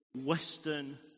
Western